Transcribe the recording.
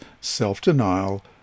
self-denial